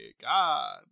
God